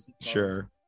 sure